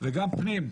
וגם פנים.